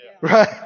Right